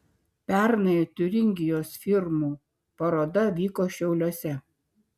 pernai tiuringijos firmų paroda vyko šiauliuose